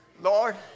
Lord